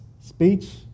speech